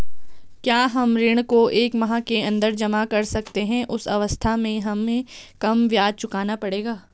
क्या हम ऋण को एक माह के अन्दर जमा कर सकते हैं उस अवस्था में हमें कम ब्याज चुकाना पड़ेगा?